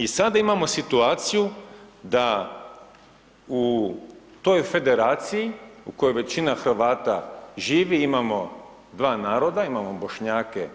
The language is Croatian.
I sada imamo situaciju da u toj Federaciji u kojoj većina Hrvata živi, imamo dva naroda, imamo Bošnjake